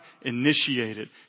initiated